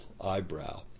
eyebrow